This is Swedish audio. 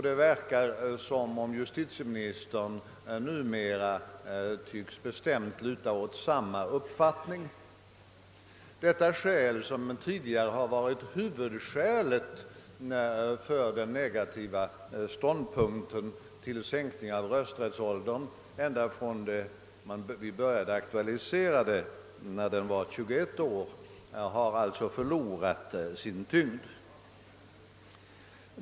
Det verkar som om justitieministern numera bestämt tycks luta åt samma uppfattning. Detta skäl som tidigare varit det viktigaste som legat bakom den negativa ståndpunkten i fråga om sänkning av rösträttsåldern — ända från den tid när spörsmålet först aktualiserades och då det gällde 21-årsgränsen — har således förlorat sin tyngd.